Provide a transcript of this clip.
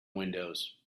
windows